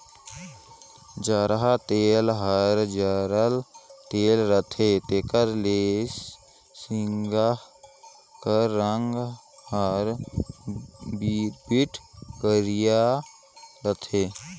जरहा तेल हर जरल तेल रहथे तेकर ले सिगहा कर रग हर बिरबिट करिया रहथे